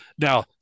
Now